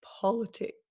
politics